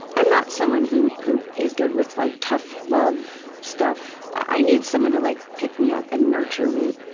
i'm not someone who who is good with like, tough love stuff. i need someone to like, pick me up and nurture me.